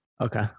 okay